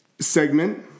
segment